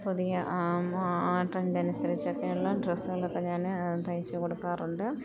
പുതിയ ആ ട്രെൻറ്റിന് അനുസരിച്ച് ഒക്കെ ഉള്ള ഡ്രസ്സുകളൊക്കെ ഞാൻ തയ്ച്ച് കൊടുക്കാറുണ്ട്